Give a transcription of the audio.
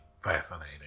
fascinating